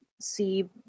see